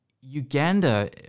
Uganda